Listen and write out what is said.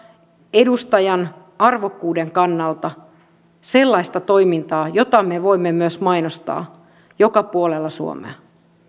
edustajan arvokkuuden kannalta sellaista toimintaa jota me voimme myös mainostaa joka puolella suomea